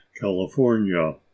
California